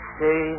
say